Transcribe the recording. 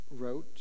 wrote